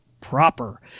proper